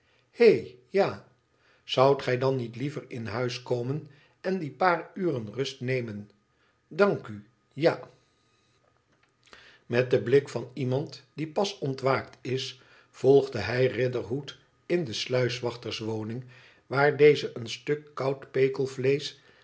ihéf ja zoudt gij dan niet liever in huis komen en die paar uren rust nemen tdank u ja met den blik van iemand die pas ontwaakt is volgde hij riderhood in de sluiswachterswoning waar deze een stuk koud